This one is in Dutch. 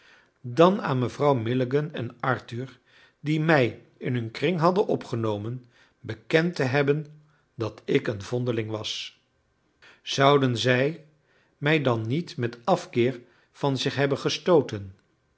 dan aan mevrouw milligan en arthur die mij in hun kring hadden opgenomen bekend te hebben dat ik een vondeling was zouden zij mij dan niet met afkeer van zich hebben gestooten